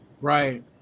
Right